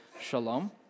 shalom